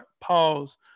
pause